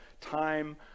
time